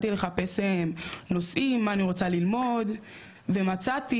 התחלתי לחפש נושאים מה אני רוצה ללמוד ומצאתי